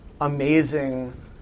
amazing